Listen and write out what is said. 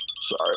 Sorry